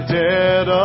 dead